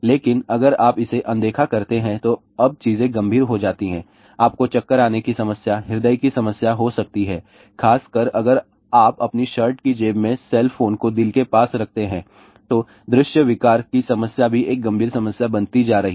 लेकिन अगर आप इसे अनदेखा करते हैं तो अब चीजें गंभीर हो जाती हैं आपको चक्कर आने की समस्या हृदय की समस्या हो सकती है खासकर अगर आप अपनी शर्ट की जेब में सेल फोन को दिल के पास रखते हैं तो दृश्य विकार की समस्या भी एक गंभीर समस्या बनती जा रही है